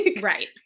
right